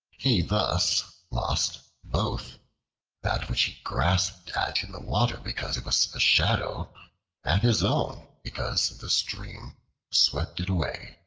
he thus lost both that which he grasped at in the water, because it was a shadow and his own, because the stream swept it away.